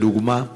לדוגמה?